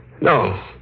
No